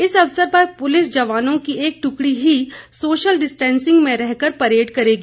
इस अवसर पर पुलिस जवानों की एक ट्वकड़ी ही सोशल डिस्टेंसिंग में रहकर परेड करेगी